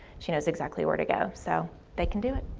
she knows exactly where to go, so they can do it.